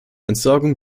entsorgung